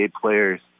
players